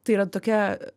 tai yra tokia